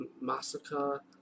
Massacre